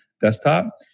desktop